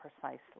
precisely